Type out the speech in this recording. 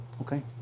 Okay